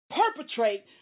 perpetrate